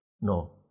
No